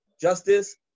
justice